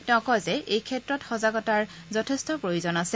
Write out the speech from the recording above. তেওঁ কয় যে এইক্ষেত্ৰত সজাগতাৰ যথেষ্ট প্ৰয়োজন আছে